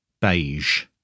beige